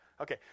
Okay